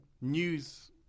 news